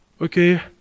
Okay